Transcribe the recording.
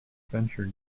adventure